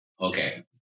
Okay